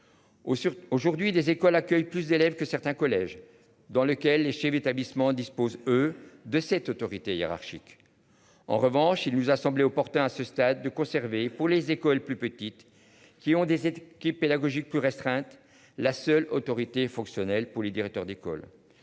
aujourd'hui des écoles accueillent plus d'élèves que certains collèges dans lequel les chefs d'établissements disposent eux de cette autorité hiérarchique. En revanche, il nous a semblé opportun. À ce stade de conserver pour les écoles plus petites qui ont des équipes qui pédagogiques plus restreinte, la seule autorité fonctionnelle pour les directeurs d'école.